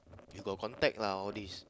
we got contact lah all these